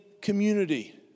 community